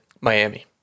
Miami